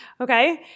okay